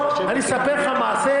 אני אספר לך מעשה.